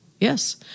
Yes